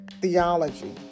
theology